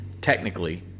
Technically